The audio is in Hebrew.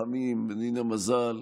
רחמים ונינה מזל: